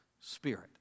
Spirit